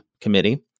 committee